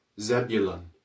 Zebulun